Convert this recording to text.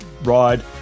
ride